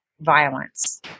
violence